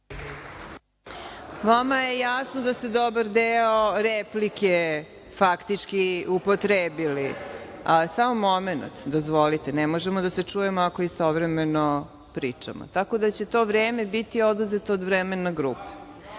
Vama je jasno da se dobar deo replike faktički zloupotrebili, a samo momenat, dozvolite, ne možemo da se čujemo ako istovremeno pričamo, tako da će to vreme biti oduzeto od vremena grupe,